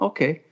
Okay